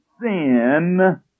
sin